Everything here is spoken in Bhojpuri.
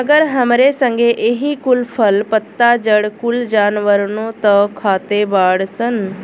मगर हमरे संगे एही कुल फल, पत्ता, जड़ कुल जानवरनो त खाते बाड़ सन